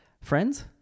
friends